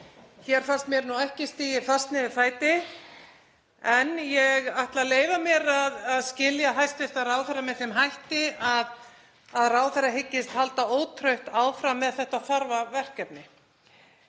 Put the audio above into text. Hér fannst mér nú ekki stigið fast niður fæti en ég ætla að leyfa mér að skilja hæstv. ráðherra með þeim hætti að ráðherra hyggist halda ótrauð áfram með þetta þarfa verkefni.